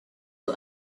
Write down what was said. who